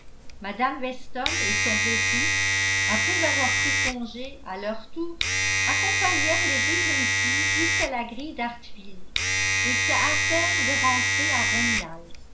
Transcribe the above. mme weston et son beau-fils après avoir pris congé à leur tour accompagnèrent les deux jeunes filles jusqu'à la grille d'hartfield et se hâtèrent de rentrer à